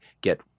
get